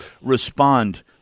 respond